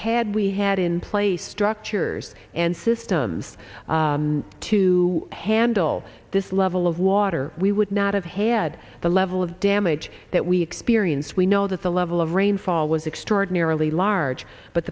had we had in place structures and systems to handle this level of water we would not have had the level of damage that we experienced we know that the level of rainfall was extraordinarily large but